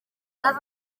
una